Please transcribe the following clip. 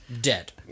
dead